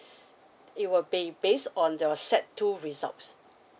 it will be based on your sec two results